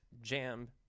jam